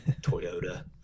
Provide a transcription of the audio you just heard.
Toyota